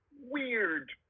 weird